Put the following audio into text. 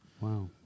Wow